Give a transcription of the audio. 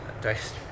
Dice